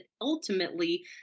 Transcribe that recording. ultimately